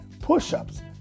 push-ups